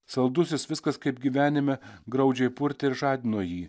saldusis viskas kaip gyvenime graudžiai purtė ir žadino jį